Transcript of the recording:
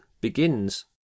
begins